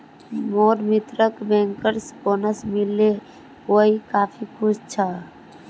मोर मित्रक bankers bonus मिल ले वइ काफी खुश छ